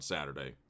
Saturday